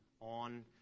on